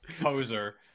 Poser